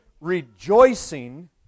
rejoicing